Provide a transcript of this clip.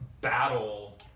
battle